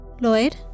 Lloyd